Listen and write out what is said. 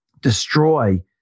destroy